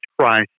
Christ